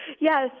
Yes